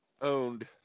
owned